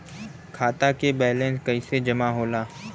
खाता के वैंलेस कइसे जमा होला?